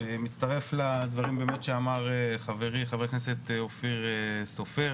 מצטרף לדברים שאמר חברי חה"כ אופיר סופר,